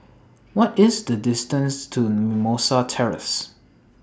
What IS The distance to Mimosa Terrace